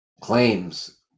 claims